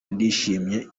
ndishimye